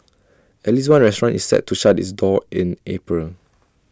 at least one restaurant is set to shut its doors in April